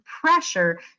pressure